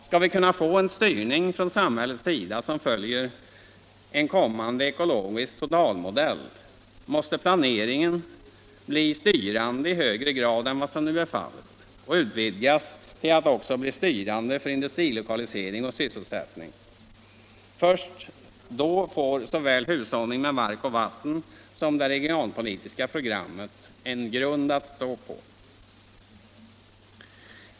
Skall vi kunna få en styrning från samhällets sida som följer en kommande ekologisk totalmodell, mås Översyn och te planeringen bli styrande i högre grad än vad som nu är fallet och omarbetning av utvidgas till att också bli styrande för industrilokalisering och syssel — miljöskyddslagstiftsättning. Först då får såväl hushållningen med mark och vatten som = ningen m.m. det regionalpolitiska programmet en grund att stå på.